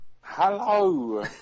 Hello